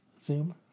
Zoom